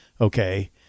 okay